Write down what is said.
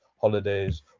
holidays